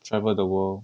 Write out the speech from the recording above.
travel the world